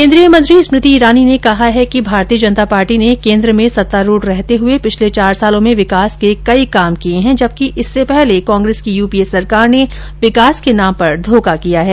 केन्द्रीय मंत्री स्मृति ईरानी ने कहा है कि भारतीय जनता पार्टी ने केन्द्र में सतारूढ रहते हुए पिछले चार सालों में विकास के कई काम किए है जबकि इससे पहले कांग्रेस की यूपीए सरकार ने विकास के नाम पर धोखा किया है